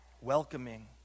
welcoming